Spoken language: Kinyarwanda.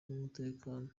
n’umutekano